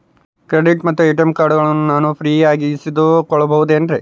Credit ಮತ್ತ ATM ಕಾರ್ಡಗಳನ್ನ ನಾನು ಫ್ರೇಯಾಗಿ ಇಸಿದುಕೊಳ್ಳಬಹುದೇನ್ರಿ?